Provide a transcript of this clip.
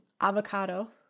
Avocado